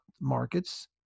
markets